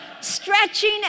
stretching